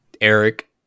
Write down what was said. Eric